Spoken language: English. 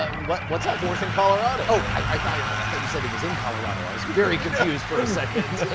ah what's what's that? fourth and colorado. oh, i thought you thought you said it was in colorado. i was very confused for a second.